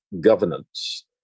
governance